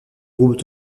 groupe